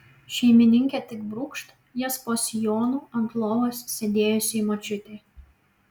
šeimininkė tik brūkšt jas po sijonu ant lovos sėdėjusiai močiutei